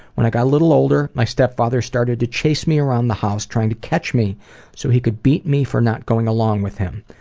when like i a little older my stepfather started to chase me around the house, trying to catch me so he could beat me for not going along with him.